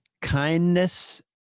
Kindness